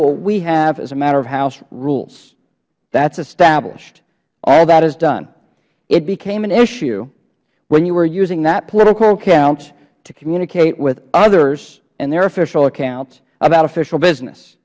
what we have as a matter of house rules that is established all that is done it became an issue when you were using that political account to communicate with others on their official accounts about official business